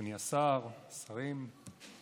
אדוני השר, השרים,